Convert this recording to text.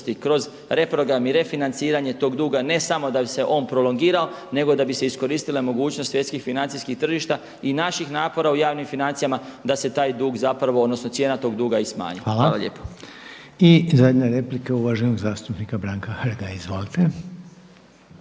kroz reprogram i refinanciranje tog duga ne samo da bi se on prolongirao, nego da bi se iskoristile mogućnost svjetskih, financijskih tržišta i naših napora u javnim financijama da se taj dug zapravo, odnosno cijena tog duga i smanji. Hvala lijepa. **Reiner, Željko (HDZ)** Hvala. I zadnja replika uvaženog zastupnika Branka Hrga. Izvolite.